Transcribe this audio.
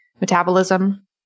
metabolism